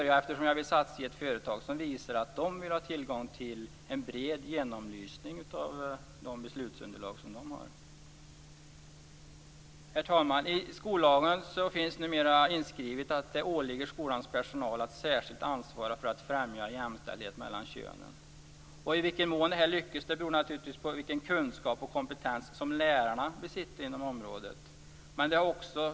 Jag vill satsa i ett företag som visar att man vill ha tillgång till en bred genomlysning av de beslutsunderlag som man har. Herr talman! I skollagen finns numera inskrivet att det åligger skolans personal att särskilt ansvara för att främja jämställdhet mellan könen. I vilken mån detta lyckas beror naturligtvis på vilken kunskap och kompetens som lärarna besitter inom området.